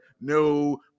no